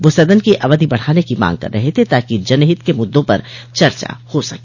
वह सदन की अवधि बढ़ाने की मांग कर रहे थे ताकि जनहित के मुद्दों पर चर्चा हो सके